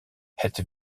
het